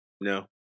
No